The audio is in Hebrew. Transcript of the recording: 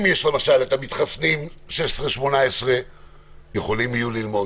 אם יש מתחסנים בגילאי 16 18 הם יוכלו ללמוד,